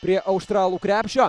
prie australų krepšio